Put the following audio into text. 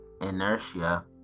inertia